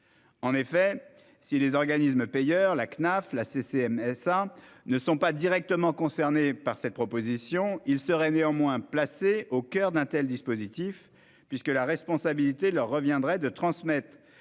la mutualité sociale agricole (CCMSA) -ne sont pas directement concernés par cette proposition, ils seraient néanmoins placés au coeur d'un tel dispositif, puisque la responsabilité leur reviendrait de transmettre